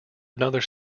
another